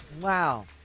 Wow